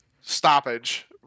stoppage